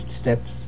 steps